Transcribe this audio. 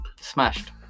smashed